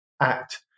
act